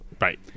right